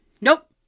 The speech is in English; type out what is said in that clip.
nope